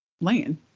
land